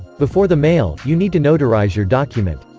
before the mail, you need to notarize your document.